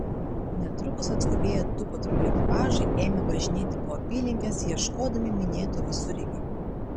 netrukus atskubėję du patrulių ekipažai ėmė važinėti po apylinkes ieškodami minėto visureigio